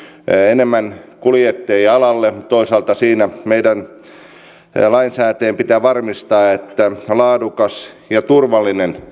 enemmän kuljettajia alalle toisaalta siinä meidän lainsäätäjien pitää varmistaa että laadukas ja turvallinen